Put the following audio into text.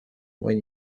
when